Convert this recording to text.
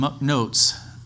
notes